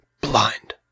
blind